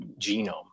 genome